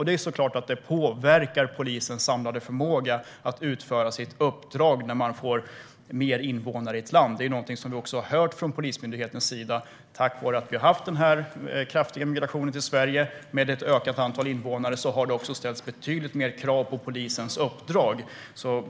Det påverkar såklart polisens samlade förmåga att utföra sitt uppdrag med fler invånare i ett land. Det har vi också hört från Polismyndighetens sida. Tack vare den kraftiga migrationen till Sverige med ett ökat antal invånare har det också ställts betydligt mer krav på polisens uppdrag.